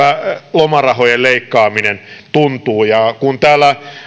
lomarahojen leikkaaminen tuntuu kun täällä